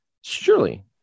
Surely